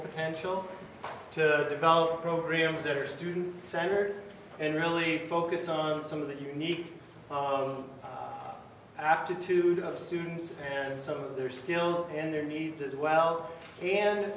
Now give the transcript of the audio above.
potential to develop programs that are student center and really focus on some of the unique own aptitude of students and some of their skills and their needs as well and